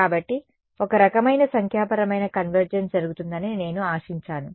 కాబట్టి ఒకరకమైన సంఖ్యాపరమైన కన్వర్జెన్స్ జరుగుతుందని నేను ఆశించాను